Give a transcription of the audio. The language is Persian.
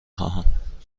خواهم